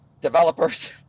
developers